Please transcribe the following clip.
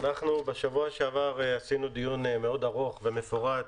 אנחנו בשבוע שעבר עשינו דיון מאוד ארוך ומפורט,